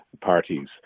parties